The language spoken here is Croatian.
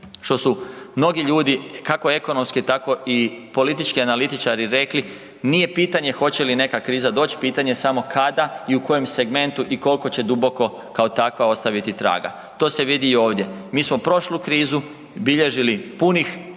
što su mnogi ljudi kako ekonomski tako i politički analitičari rekli, nije pitanje hoće li neka kriza doći, pitanje je samo kada i u kojem segmentu i koliko će duboko kao takva ostaviti traga. To se vidi i ovdje, mi smo prošlu krizu bilježili punih 6